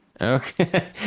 Okay